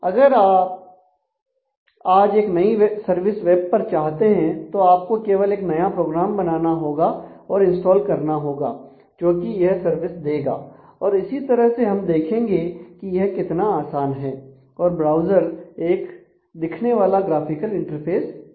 अगर आज आप एक नई सर्विस वेब पर चाहते हैं तो आपको केवल एक नया प्रोग्राम बनाना और इंस्टॉल करना होगा जोकि यह सर्विस देगा और इसी तरह से हम देखेंगे कि यह कितना आसान है और ब्राउज़र एक दिखने वाला ग्राफिकल इंटरफेस देगा